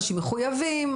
אנשים מחוייבים,